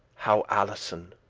how, alison?